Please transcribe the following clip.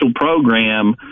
program